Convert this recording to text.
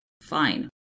Fine